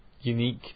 unique